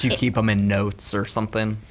you know keep em in notes or something?